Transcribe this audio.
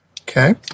Okay